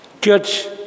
Judge